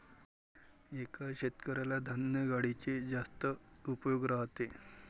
एका शेतकऱ्याला धान्य गाडीचे जास्तच उपयोग राहते